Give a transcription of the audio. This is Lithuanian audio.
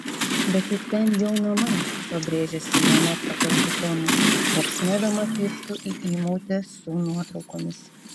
bet juk ten jo namai pabrėžė simona pakeltu tonu baksnodama pirštu į įmautę su nuotraukomis